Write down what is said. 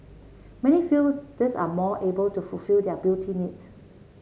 many feel these are more able to fulfil their beauty needs